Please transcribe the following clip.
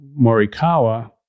Morikawa